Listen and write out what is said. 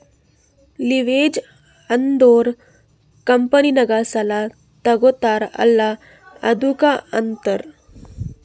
leverage ಅಂದುರ್ ಕಂಪನಿನಾಗ್ ಸಾಲಾ ತಗೋತಾರ್ ಅಲ್ಲಾ ಅದ್ದುಕ ಅಂತಾರ್